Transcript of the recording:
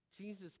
Jesus